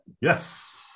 yes